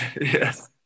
Yes